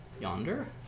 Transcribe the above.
yonder